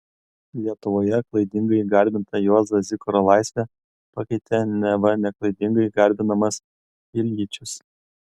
lietuvoje klaidingai garbintą juozo zikaro laisvę pakeitė neva neklaidingai garbinamas iljičius